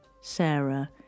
Sarah